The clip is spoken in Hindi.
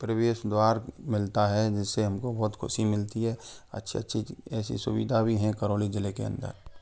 प्रवेश द्वार मिलता है जिससे हमको बहुत खुशी मिलती है अच्छी अच्छी चीज ऐसी सुविधा भी हैं करौली जिले के अंदर